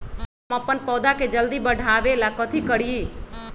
हम अपन पौधा के जल्दी बाढ़आवेला कथि करिए?